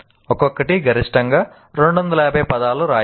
ఒక్కొక్కటి గరిష్టంగా 250 పదాలు రాయండి